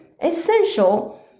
essential